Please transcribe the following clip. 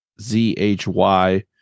Z-H-Y